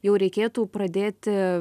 jau reikėtų pradėti